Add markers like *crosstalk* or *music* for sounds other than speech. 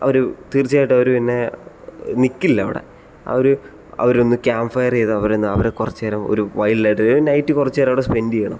അവർ തീർച്ചയായിട്ടവർ പിന്നെ നിൽക്കില്ല അവിടെ അവർ അവരൊന്നു ക്യാമ്പ്ഫയർ ചെയ്തവർ അവർ കുറച്ച് നേരം ഒരു വൈൽഡ് ആയിട്ട് ഒരു *unintelligible* നൈറ്റ് കുറച്ച് നേരം സ്പെൻഡ് ചെയ്യണം